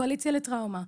קואליציה לטראומה,